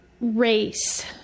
race